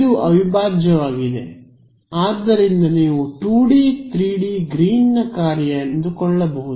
ಇದು ಅವಿಭಾಜ್ಯವಾಗಿದೆ ಆದ್ದರಿಂದ ನೀವು 2D 3D ಗ್ರೀನ್ನ ಕಾರ್ಯ ಎಂದುಕೊಳ್ಳಬಹುದು